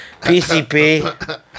PCP